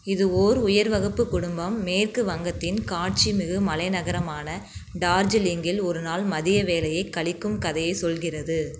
இது ஓர் உயர் வகுப்புக் குடும்பம் மேற்கு வங்கத்தின் காட்சிமிகு மலைநகரமான டார்ஜிலிங்கில் ஒருநாள் மதிய வேலையைக் கழிக்கும் கதையைச் சொல்கிறது